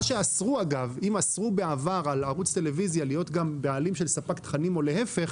אם אסרו בעבר על ערוץ טלוויזיה להיות גם בעלים של ספק תכנים או להפך